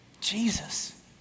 Jesus